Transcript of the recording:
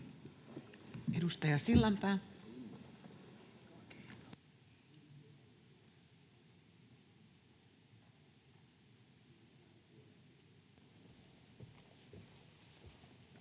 Edustaja Sillanpää. [Speech